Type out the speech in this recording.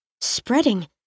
spreading